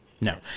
No